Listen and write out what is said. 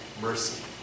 mercy